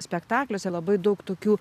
spektakliuose labai daug tokių